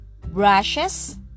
brushes